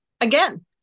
again